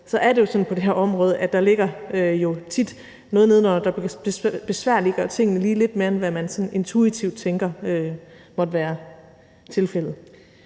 er det sådan på det her område, at der jo tit ligger noget nedenunder, der ligesom besværliggør tingene lidt mere, end hvad man sådan intuitivt tænker måtte være tilfældet.